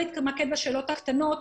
להתמקד בשאלות הקטנות,